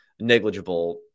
negligible